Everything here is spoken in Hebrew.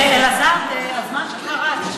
אלעזר, הזמן שלך רץ.